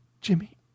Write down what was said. Jimmy